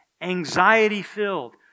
anxiety-filled